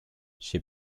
she